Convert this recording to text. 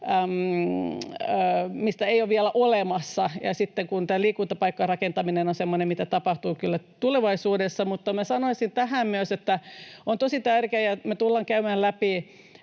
mitä ei ole vielä olemassa, ja tämä liikuntapaikkarakentaminen on semmoinen, mitä tapahtuu kyllä tulevaisuudessa. Mutta minä sanoisin tähän myös, että tämä on tosi tärkeä ja me tullaan käymään läpi